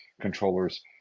controllers